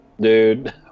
Dude